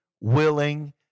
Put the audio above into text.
willing